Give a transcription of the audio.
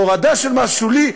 הורדה של מס שולי,